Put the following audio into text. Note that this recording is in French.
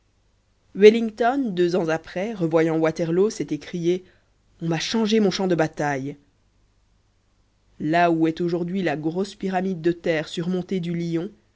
wellington deux ans après revoyant waterloo s'est écrié on m'a changé mon champ de bataille là où est aujourd'hui la grosse pyramide de terre surmontée du lion